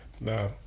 No